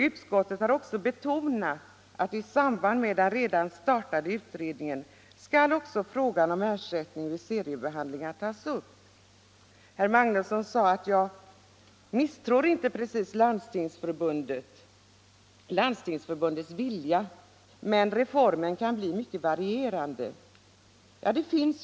Utskottet har också betonat att i samband med den redan startade utredningen även frågan om ersättning vid seriebehandlingar skall tas upp. Herr Magnusson sade att han inte precis misstror Landstingsförbundets vilja men att reformen kan få mycket varierande verkningar.